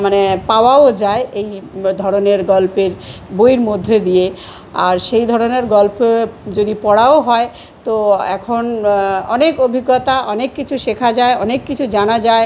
মানে পাওয়াও যায় এই ধরনের গল্পের বইয়ের মধ্যে দিয়ে আর সেই ধরনের গল্প যদি পড়াও হয় তো এখন অনেক অভিজ্ঞতা অনেক কিছু শেখা যায় অনেক কিছু জানা যায়